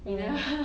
mm